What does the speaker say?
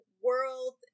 world